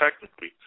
technically